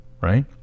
right